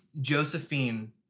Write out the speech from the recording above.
Josephine